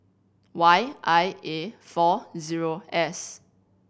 Y I A four zero S